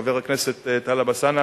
חבר הכנסת טלב אלסאנע,